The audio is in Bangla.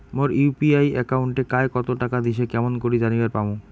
মোর ইউ.পি.আই একাউন্টে কায় কতো টাকা দিসে কেমন করে জানিবার পামু?